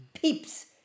peeps